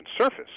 surface